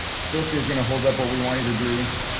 sofia is gonna hold up what we want you to do.